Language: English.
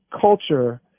culture